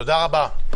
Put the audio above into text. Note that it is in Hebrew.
תודה רבה.